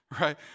Right